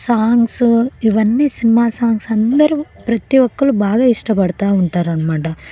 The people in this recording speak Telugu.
సాంగ్స్ ఇవన్నీ సినిమా సాంగ్స్ అందరూ ప్రతీ ఒక్కళ్ళు బాగా ఇష్టపడ్డాతా ఉంటారనమాట